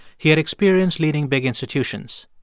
he had experience leading big institutions,